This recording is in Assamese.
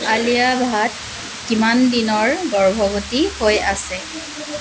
আলিয়া ভাট কিমান দিনৰ গৰ্ভৱতী হৈ আছে